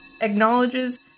acknowledges